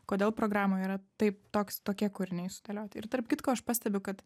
kodėl programoj yra taip toks tokie kūriniai sudėlioti ir tarp kitko aš pastebiu kad